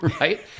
Right